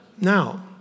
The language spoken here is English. Now